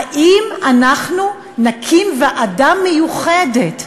האם נקים ועדה מיוחדת.